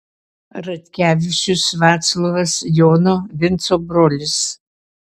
radkevičius vaclovas jono vinco brolis